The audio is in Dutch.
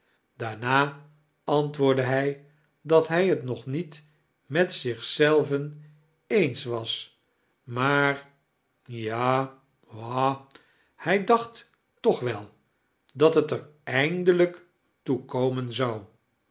daarna antwoordde hij dat hij t nog niet met zichi zelven eens was maar ja a hij dacht toch wel dat t ear eindemjk toe